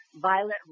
violent